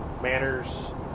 Manners